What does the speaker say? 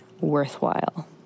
worthwhile